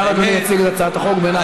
עכשיו אדוני יציג את הצעת החוק בנחת.